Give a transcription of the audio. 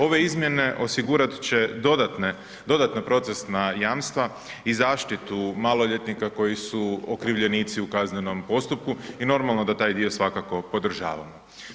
Ove izmjene osigurat će dodatne, dodatna procesna jamstva i zaštitu maloljetnika koji su okrivljenici u kaznenom postupku i normalno da taj dio svakako podržavamo.